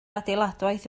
adeiladwaith